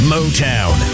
Motown